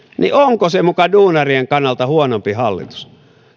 duunarien kannalta muka huonompi hallitus